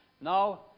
Now